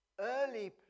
early